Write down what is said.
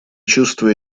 чувствуя